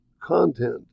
content